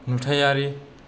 नुथायारि